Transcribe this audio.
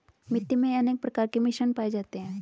मिट्टी मे अनेक प्रकार के मिश्रण पाये जाते है